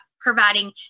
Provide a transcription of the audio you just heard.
providing